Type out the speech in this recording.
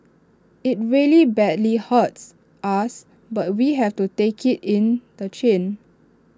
IT really badly hurts us but we have to take IT in the chin